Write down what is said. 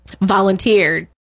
volunteered